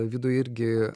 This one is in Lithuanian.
vidui irgi